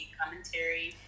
commentary